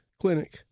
clinic